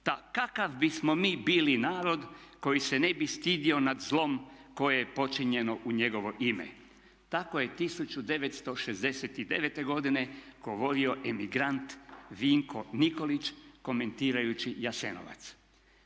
"Da kakav bismo mi bili narod koji se ne bi stidio nad zlom koje je počinjeno u njegovo ime." Tako je 1969. godine govorio emigrant Vinko Nikolić komentirajući Jasenovac.